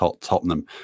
Tottenham